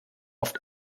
oft